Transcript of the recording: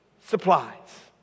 supplies